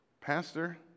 Pastor